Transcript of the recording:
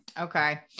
Okay